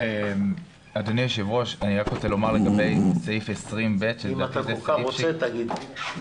אדוני היושב-ראש, לגבי סעיף קטן 20א(ב) אני